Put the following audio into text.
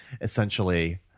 essentially